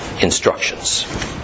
instructions